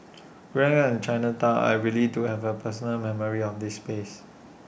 growing up in Chinatown I really do have A personal memories of this space